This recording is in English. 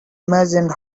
imagined